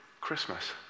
Christmas